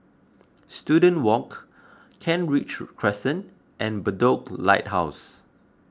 Student Walk Kent Ridge Crescent and Bedok Lighthouse